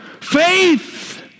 Faith